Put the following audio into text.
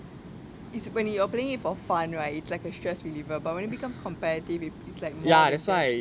it's when your playing it for fun right it's like a stress reliever but when it becomes competitive it's like more than just